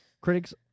critics